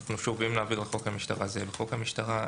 שוב, אם נעביר לחוק המשטרה זה יהיה בחוק המשטרה.